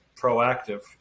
proactive